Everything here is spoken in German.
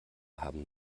haben